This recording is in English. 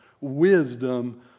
wisdom